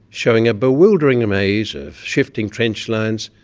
showing a bewildering maze of shifting trench lines,